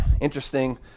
Interesting